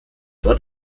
dort